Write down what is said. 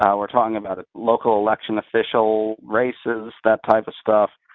um we're talking about local election official races, that type of stuff.